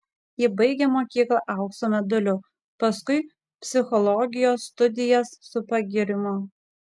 ji baigė mokyklą aukso medaliu paskui psichologijos studijas su pagyrimu